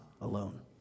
alone